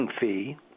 fee